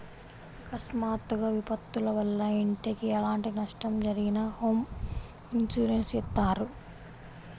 అకస్మాత్తుగా విపత్తుల వల్ల ఇంటికి ఎలాంటి నష్టం జరిగినా హోమ్ ఇన్సూరెన్స్ ఇత్తారు